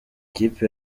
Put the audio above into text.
ikipe